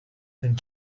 and